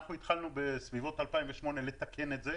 התחלנו בסביבות 2008 לתקן את זה.